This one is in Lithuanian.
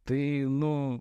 tai nu